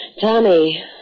Tommy